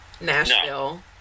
Nashville